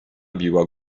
biła